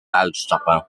uitstappen